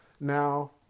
Now